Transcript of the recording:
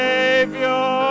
Savior